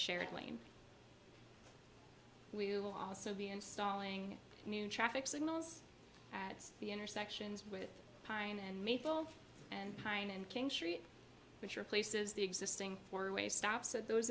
shared lane we will also be installing new traffic signals at the intersections with pine and maple and pine and king street which replaces the existing four way stop so those